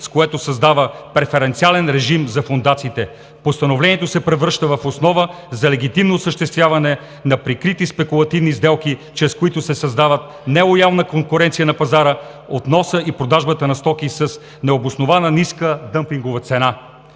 с което създава преференциален режим за фондациите. Постановлението се превръща в основа за легитимно осъществяване на прикрити спекулативни сделки, чрез които се създава нелоялна конкуренция на пазара от вноса и продажбата на стоки с необоснована ниска дъмпингова цена.